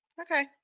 Okay